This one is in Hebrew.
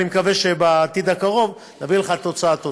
ואני מקווה שבעתיד הקרוב נביא לך תוצאה.